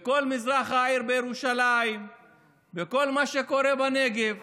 בכל מזרח העיר ירושלים וכל מה שקורה בנגב.